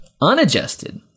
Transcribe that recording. unadjusted